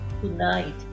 tonight